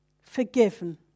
forgiven